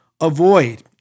avoid